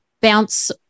bounce